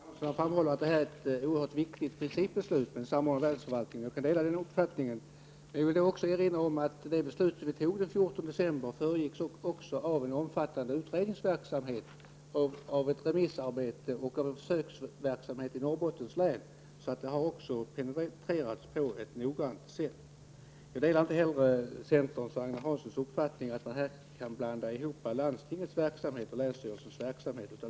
Herr talman! Agne Hansson framhåller att beslutet om en samordnad länsförvaltning principiellt sett är oerhört viktigt, och jag delar den uppfattningen. Jag vill emellertid erinra om att det beslut vi fattade den 14 december föregicks av en omfattande utredningsverksamhet, av ett remissarbete och av en försöksverksamhet i Norrbottens län. Området har alltså penetrerats noggrant. Jag delar inte heller centerns och Agne Hanssons uppfattning att man här kan blanda ihop landstingets verksamhet med länsstyrelsens.